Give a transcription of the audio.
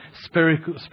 spiritual